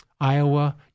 Iowa